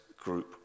group